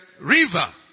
river